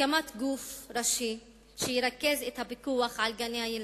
הקמת גוף ראשי שירכז את הפיקוח על גני-הילדים,